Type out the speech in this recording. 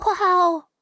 Wow